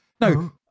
No